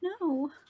no